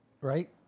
Right